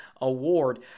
award